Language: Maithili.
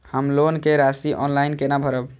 हम लोन के राशि ऑनलाइन केना भरब?